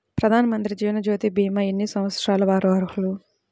ప్రధానమంత్రి జీవనజ్యోతి భీమా ఎన్ని సంవత్సరాల వారు అర్హులు?